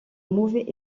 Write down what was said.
mauvais